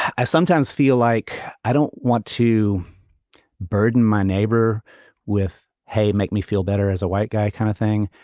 i sometimes feel like i don't want to burden my neighbor with, hey, make me feel better as a white guy kind of thing.